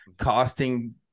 costing